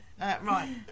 Right